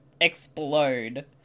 explode